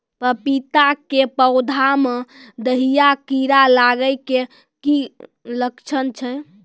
पपीता के पौधा मे दहिया कीड़ा लागे के की लक्छण छै?